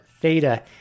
theta